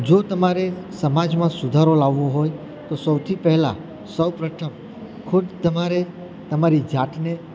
જો તમારે સમાજમાં સુધારો લાવવો હોય તો સૌથી પહેલાં સૌ પ્રથમ ખુદ તમારે તમારી જાતને